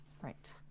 Right